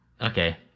Okay